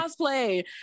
cosplay